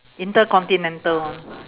intercontinental one